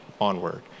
onward